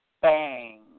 bang